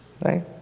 Right